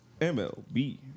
MLB